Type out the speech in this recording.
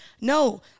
No